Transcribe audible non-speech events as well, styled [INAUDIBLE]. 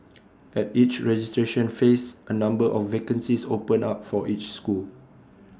[NOISE] at each registration phase A number of vacancies open up for each school